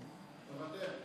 אני מוותר.